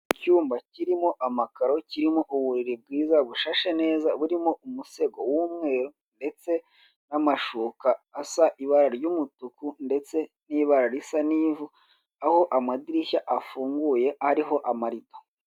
Icyumba kirimo amakaro, kirimo uburiri bwiza bushashe neza, burimo umusego w'umweru ndetse n'amashuka asa ibara ry'umutuku ndetse n'ibara risa n'ivu, aho amadirishya afunguye, ariho amarido.